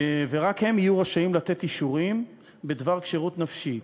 ורק הם יהיו רשאים לתת אישורים בדבר כשירות נפשית.